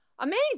Amazing